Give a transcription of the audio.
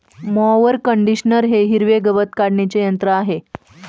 mower conditioner हे हिरवे गवत काढणीचे यंत्र आहे